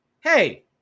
hey